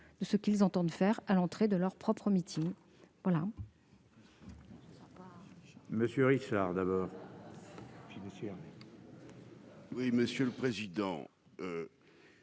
de ce qu'ils entendent faire à l'entrée de leurs propres meetings.